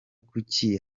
kuki